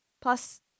Plus